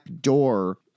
door